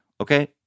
Okay